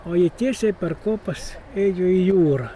o ji tiesiai per kopas ėjo į jūrą